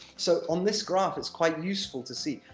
so, on this graph, it's quite useful to see.